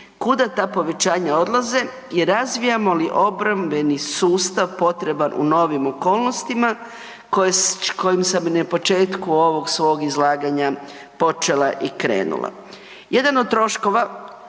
kuda ta povećanja odlaze i razvijamo li obrambeni sustav potreban u novim okolnostima kojim sam na početku ovog svog izlaganja počela i krenula. Jedan od troškova